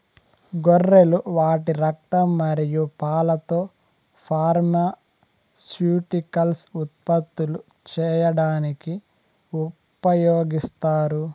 గొర్రెలు వాటి రక్తం మరియు పాలతో ఫార్మాస్యూటికల్స్ ఉత్పత్తులు చేయడానికి ఉపయోగిస్తారు